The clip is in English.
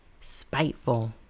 spiteful